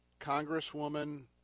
Congresswoman